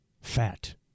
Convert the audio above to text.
Fat